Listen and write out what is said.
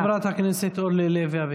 תודה לחברת הכנסת אורלי לוי אבקסיס.